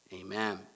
Amen